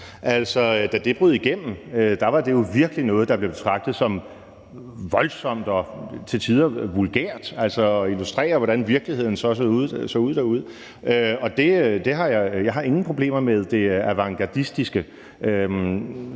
Da det brød igennem, var det virkelig noget, der blev betragtet som voldsomt og til tider vulgært, altså at illustrere, hvordan virkeligheden derude så ud, og jeg har ingen problemer med det avantgardistiske,